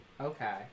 Okay